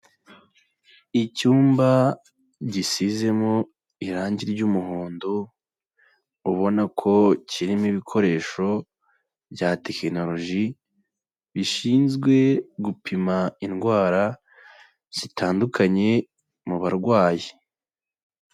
Icyumba gisizemo irangi ry'umuhondo ubona ko kirimo ibikoresho bya tekinoloji bishinzwe gupima indwara zitandukanye mu barwayi.